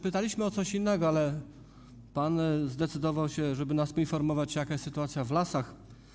Pytaliśmy o coś innego, ale pan zdecydował, żeby nas poinformować, jaka jest sytuacja w lasach.